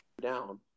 down